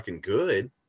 good